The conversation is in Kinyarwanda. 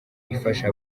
ifasha